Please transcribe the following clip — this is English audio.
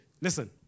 Listen